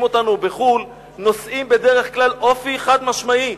אותנו בחו"ל נושאים בדרך כלל אופי חד-משמעי.